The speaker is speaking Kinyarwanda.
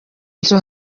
nzu